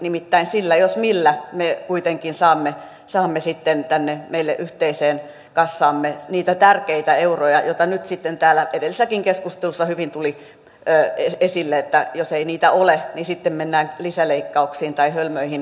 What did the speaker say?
nimittäin sillä jos millä me kuitenkin saamme sitten tänne meille yhteiseen kassaamme niitä tärkeitä euroja joista täällä nyt edellisessäkin keskustelussa hyvin tuli esille että jos niitä ei ole niin sitten mennään lisäleikkauksiin tai hölmöihin päätöksiin